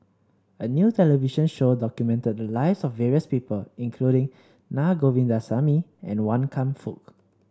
a new television show documented the lives of various people including Na Govindasamy and Wan Kam Fook